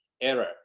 error